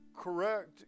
correct